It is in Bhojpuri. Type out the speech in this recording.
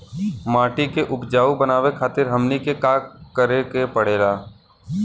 माटी के उपजाऊ बनावे खातिर हमनी के का करें के पढ़ेला?